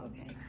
okay